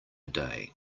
day